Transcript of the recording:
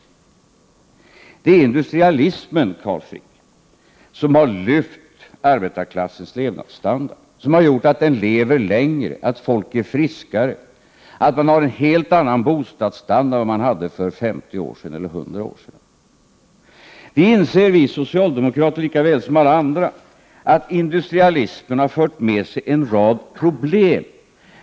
Det är industrialismen, Carl Frick, som har lyft arbetarklassens levnadsstandard, som har gjort att människor lever längre, att folk är friskare och att man har en helt annan bostadsstandard än man hade för 50 eller 100 år sedan. Vi socialdemokrater inser lika väl som alla andra att industrialismen har fört med sig en rad problem.